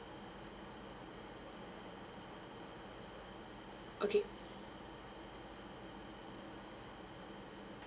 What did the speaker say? okay